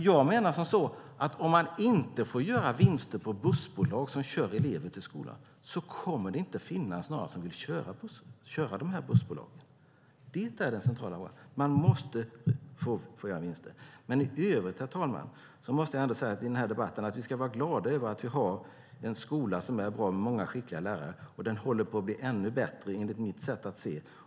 Jag menar att om man inte får göra vinster på bussbolag som kör elever till skolan så kommer det inte att finnas någon som vill driva sådana bussbolag. Det är den centrala frågan. Man måste få göra vinster. Men i övrigt, herr talman, måste jag i den här debatten ändå säga att vi ska vara glada över att vi har en bra skola med många skickliga lärare. Den håller på att bli ännu bättre enligt mitt sätt att se.